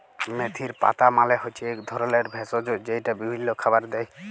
মেথির পাতা মালে হচ্যে এক ধরলের ভেষজ যেইটা বিভিল্য খাবারে দেয়